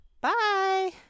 Bye